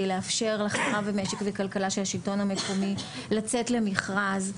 לאפשר לחברה למשק וכלכלה של השלטון המקומי לצאת למכרז,